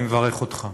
אני מברך אותך.